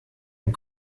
and